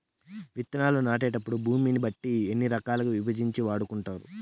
విత్తనాలు నాటేటప్పుడు భూమిని బట్టి ఎన్ని రకాలుగా విభజించి వాడుకుంటారు?